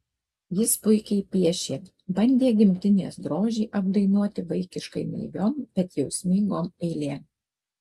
jis puikiai piešė bandė gimtinės grožį apdainuoti vaikiškai naiviom bet jausmingom eilėm